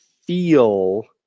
feel